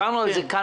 כאן